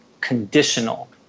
conditional